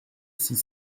six